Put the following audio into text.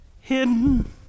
hidden